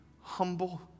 humble